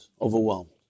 Overwhelmed